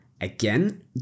Again